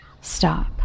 Stop